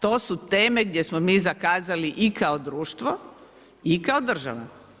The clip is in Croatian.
To su teme gdje smo mi zakazali i kao društvo i kao država.